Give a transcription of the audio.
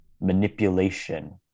manipulation